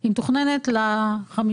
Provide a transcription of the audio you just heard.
אתה מסתכל על תכנית מתאר ארצית, נכון?